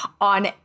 on